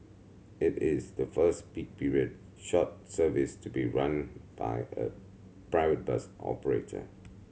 it is the first peak period short service to be run by a private bus operator